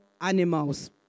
animals